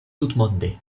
tutmonde